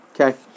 Okay